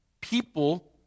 People